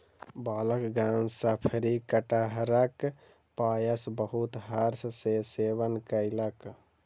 बालकगण शफरी कटहरक पायस बहुत हर्ष सॅ सेवन कयलक